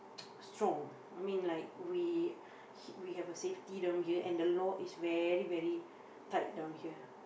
strong I mean like we h~ we have a safety down here and the law is very very tight down here